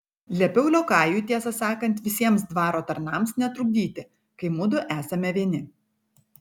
liepiau liokajui tiesą sakant visiems dvaro tarnams netrukdyti kai mudu esame vieni